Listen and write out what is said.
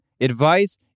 advice